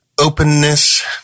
openness